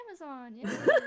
amazon